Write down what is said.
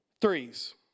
threes